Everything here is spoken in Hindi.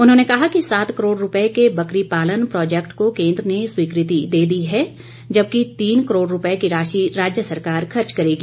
उन्होंने कहा कि सात करोड़ रूपए के बकरी पालन प्रौजेक्ट को केंद्र ने स्वीकृति दे दी है जबकि तीन करोड़ रूपए की राशि राज्य सरकार खर्च करेगी